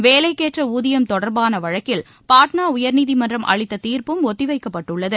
வேலைக்கேற்ற ஊதியம் தொடர்பாள வழக்கில் பாட்னா உயர்நீதிமன்றம் அளித்த தீர்ப்பும் ஒத்தி வைக்கப்பட்டுள்ளது